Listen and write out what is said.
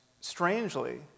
strangely